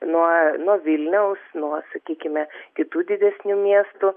nuo nuo vilniaus nuo sakykime kitų didesnių miestų